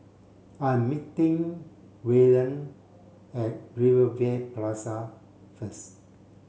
I'm meeting Waylon at Rivervale Plaza first